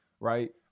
Right